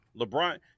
LeBron